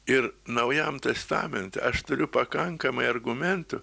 ir naujam testamente aš turiu pakankamai argumentų